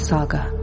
Saga